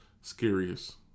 scariest